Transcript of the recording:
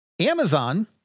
Amazon